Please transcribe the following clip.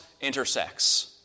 intersects